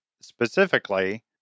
specifically